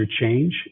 change